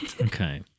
Okay